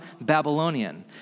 Babylonian